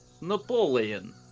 Napoleon